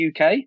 UK